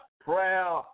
Prayer